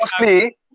mostly